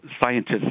scientists